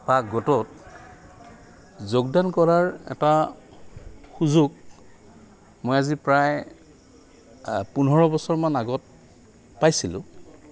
বা গোটত যোগদান কৰাৰ এটা সুযোগ মই আজি প্ৰায় পোন্ধৰ বছৰমান আগত পাইছিলোঁ